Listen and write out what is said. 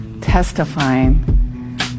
testifying